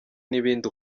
n’ibindi